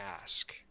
ask